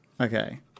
Okay